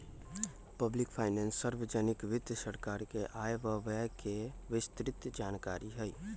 public finance सार्वजनिक वित्त सरकार के आय व व्यय के विस्तृतजानकारी हई